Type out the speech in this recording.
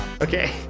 Okay